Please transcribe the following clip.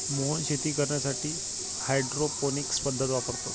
मोहन शेती करण्यासाठी हायड्रोपोनिक्स पद्धत वापरतो